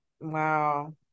wow